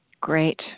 Great